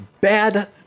bad